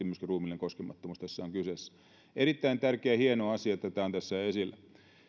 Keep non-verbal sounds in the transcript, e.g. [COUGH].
[UNINTELLIGIBLE] myöskin ruumiillinen koskemattomuus tässä on kyseessä erittäin tärkeä ja hieno asia että tämä on tässä esillä